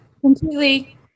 completely